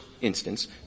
instance